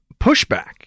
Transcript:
pushback